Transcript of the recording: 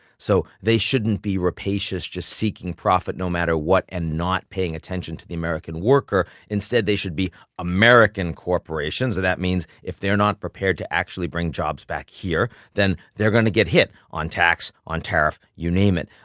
so they shouldn't be rapacious, just seeking profit no matter what, and not paying attention to the american worker. instead, they should be american corporations, so that means if they're not prepared to actually bring jobs back here, then they're gonna get hit on tax, on tariff, you name it.